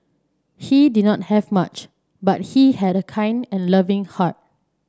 he did not have much but he had a kind and loving heart